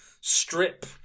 strip